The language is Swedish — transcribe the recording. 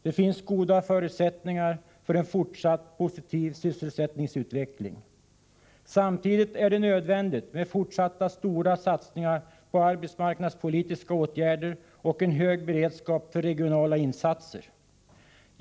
Det finns goda förutsättningar för en fortsatt positiv sysselsättningsutveckling. Samtidigt är det nödvändigt med fortsatt stor satsning på arbetsmarknadspolitiska åtgärder och en hög beredskap för regionala insatser.